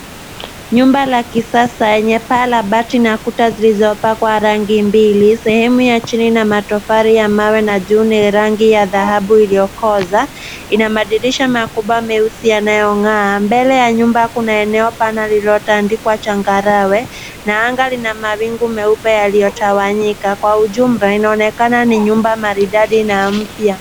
Nyumba la kisasa lenye paa la mapati na kuta zilizopakwa Kwa rangi mbili. Sehemu ya chini lina matovali ya mawe na juu ni rangi ya dhahabu ilikoza ina madirisha za makubwa meusi yanayongaa mbele ya nyumba kuna eneo Pana lililoandikwa changarawe na anga lina mawingu meupe yaliotawanyika Kwa ujumla inaonekana ni chumba maridadi na mpya.